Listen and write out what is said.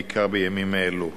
בעיקר בימים אלו,